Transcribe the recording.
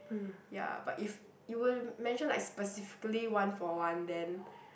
ya but if you will mention like specifically one for one then